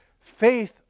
Faith